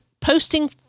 posting